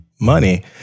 money